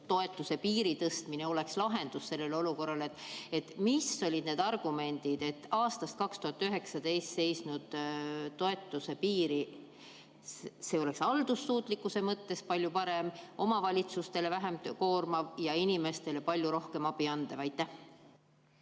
toimetulekupiiri tõstmine oleks lahendus sellele olukorrale. Mis olid need argumendid? Aastast 2019 on see piir seisnud. See oleks haldussuutlikkuse mõttes palju parem, omavalitsustele vähem koormav ja inimestele palju rohkem abi andev.